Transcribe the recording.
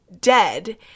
dead